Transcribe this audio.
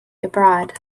abroad